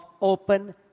open